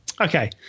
okay